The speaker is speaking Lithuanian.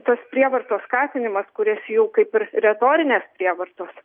tos prievartos skatinimas kuris jau kaip ir retorinės prievartos